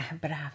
Bravo